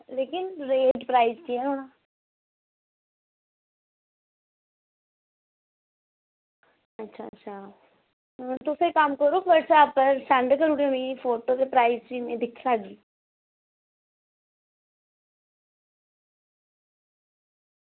लेकिन rate price केह् न अच्छा अच्छा तुस इक कम्म करो व्हाट्सएप उप्पर सैंड करी ओड़ेओ मिगी फोटो ते प्राईस गी में दिक्खी लैगी